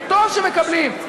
וטוב שמקבלים,